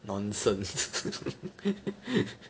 nonsense